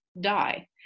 die